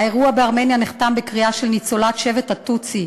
האירוע בארמניה נחתם בקריאה של ניצולת שבט הטוטסי